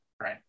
Right